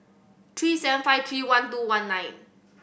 three seven five three one two one nine